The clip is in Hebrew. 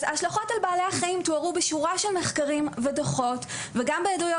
אז ההשלכות על בעלי החיים תוארו בשורה של מחקרים ודוחות וגם בעדויות